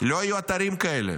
לא יהיו אתרים כאלה.